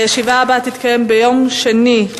הישיבה הבאה תתקיים ביום שני,